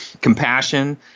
compassion